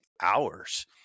hours